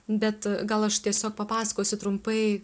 bet gal aš tiesiog papasakosiu trumpai